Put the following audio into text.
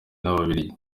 n’ababiligi